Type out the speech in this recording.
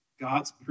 God's